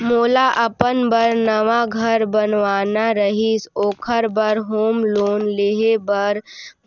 मोला अपन बर नवा घर बनवाना रहिस ओखर बर होम लोन लेहे बर